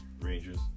Rangers